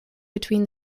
between